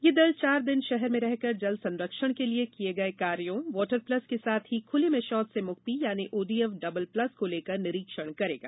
यह दल चार दिन षहर में रहकर जल संरक्षण के लिए किए गए कार्यों वाटर प्लस के साथ ही खुले में षौच से मुक्ति यानि ओडीएफ डबल प्लस को लेकर निरीक्षण करेगा